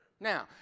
Now